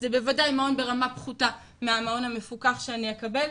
זה בוודאי מעון ברמה פחותה מהמעון המפוקח שאני אקבל.